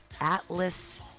Atlas